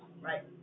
Right